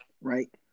right